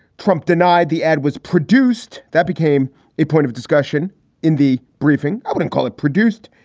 trump denied the ad was produced. that became a point of discussion in the briefing. i wouldn't call it produced,